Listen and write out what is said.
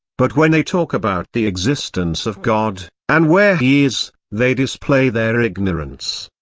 but when they talk about the existence of god, and where he is, they display their ignorance.